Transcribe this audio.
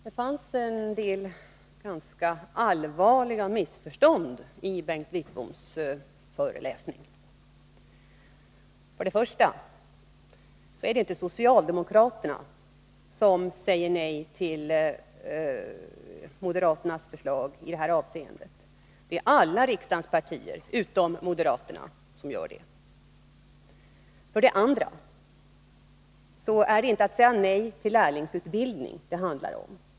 Fru talman! Det fanns en hel del ganska allvarliga missförstånd i Bengt Wittboms föreläsning. För det första är det inte socialdemokraterna som säger nej till moderaternas förslag i detta avseende. Det är riksdagens alla partier utom moderaterna som gör det. För det andra är det inte att säga nej till lärlingsutbildning det handlar om.